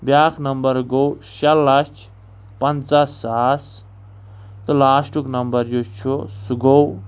بیٛاکھ نمبر گوٚو شےٚ لَچھ پنٛژاہ ساس تہٕ لاسٹُک نمبر یُس چھُ سُہ گوٚو